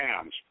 hands